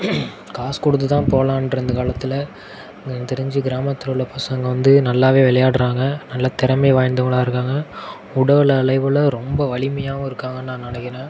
காசு கொடுத்து தான் போகலான்னு இருந்த காலத்தில் எனக்கு தெரிஞ்சு கிராமத்தில் உள்ள பசங்க வந்து நல்லாவே விளையாடறாங்க நல்லா திறமை வாய்ந்தவங்களாக இருக்காங்க உடல் அளவுல ரொம்ப வலிமையாகவும் இருக்காங்க நான் நினைக்கிறேன்